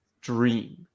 dream